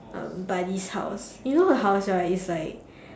um buddy's house you know her house right is like